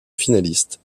finaliste